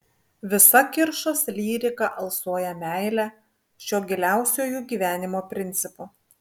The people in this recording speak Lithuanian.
visa kiršos lyrika alsuoja meile šiuo giliausiuoju gyvenimo principu